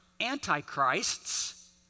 antichrists